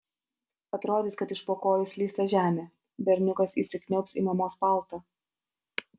atrodys kad iš po kojų slysta žemė berniukas įsikniaubs į mamos paltą